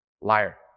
Liar